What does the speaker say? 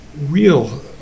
real